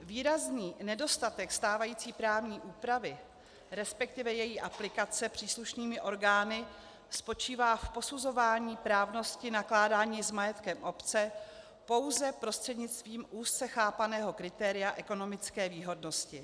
Výrazný nedostatek stávající právní úpravy, resp. její aplikace příslušnými orgány spočívá v posuzování právnosti nakládání s majetkem obce pouze prostřednictvím úzce chápaného kritéria ekonomické výhodnosti.